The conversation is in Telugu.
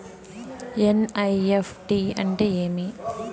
ఎన్.ఇ.ఎఫ్.టి అంటే ఏమి